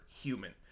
human